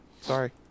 Sorry